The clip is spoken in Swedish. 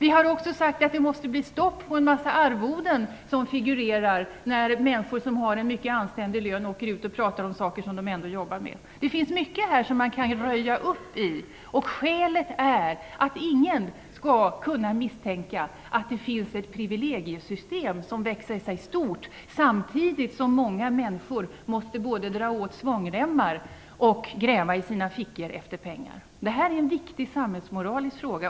Vi har också sagt att det måste bli stopp på en massa arvoden som figurerar när människor som har en mycket anständig lön åker ut och pratar om saker som de ändå jobbar med. Det finns mycket att röja upp i här. Skälet till att göra det är att ingen skall kunna misstänka att det finns ett privilegiesystem som växer sig stort samtidigt som många människor både måste dra åt svångremmar och gräva i sina fickor efter pengar. Detta är en viktig samhällsmoralisk fråga.